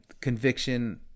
conviction